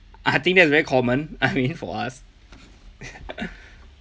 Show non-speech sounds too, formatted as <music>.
I think that's very common I mean for us <laughs>